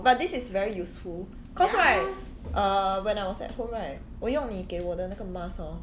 but this is very useful because right err when I was at home right 我用你给我那个 mask hor